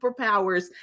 superpowers